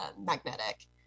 magnetic